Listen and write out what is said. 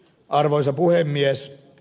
arvoisa puhemies